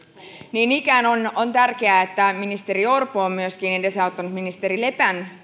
niin ikään on tärkeää että ministeri orpo on myöskin edesauttanut ministeri lepän